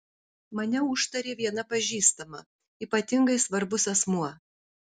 mane užtarė viena pažįstama ypatingai svarbus asmuo